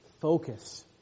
focus